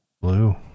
blue